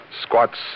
squats